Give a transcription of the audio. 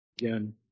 Again